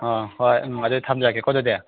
ꯑꯪ ꯍꯣꯏ ꯎꯝ ꯑꯗꯨꯗꯤ ꯊꯝꯖꯔꯒꯦꯀꯣ ꯑꯗꯨꯗꯤ